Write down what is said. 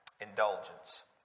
indulgence